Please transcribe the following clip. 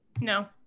no